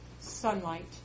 sunlight